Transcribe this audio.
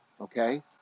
okay